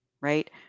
right